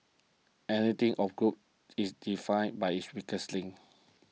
any team or group is defined by its weakest link